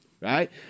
Right